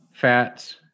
fats